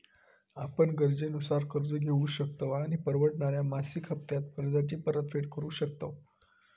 आपण गरजेनुसार कर्ज घेउ शकतव आणि परवडणाऱ्या मासिक हप्त्त्यांत कर्जाची परतफेड करु शकतव